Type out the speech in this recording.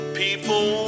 people